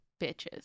bitches